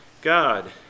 God